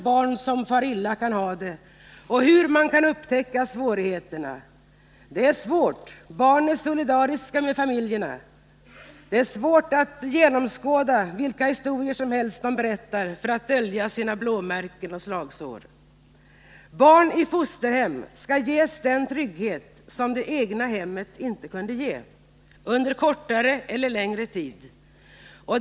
barn som far illa kan ha det och hur man kan upptäcka svårigheterna. Det är svårt — barn är solidariska med familjerna. Det är svårt att genomskåda de historier de berättar för att dölja sina blåmärken och slagsår. Barn i fosterhem skall under kortare eller längre tid ges den trygghet som de inte kunnat få i det egna hemmet.